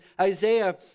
Isaiah